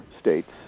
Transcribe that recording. states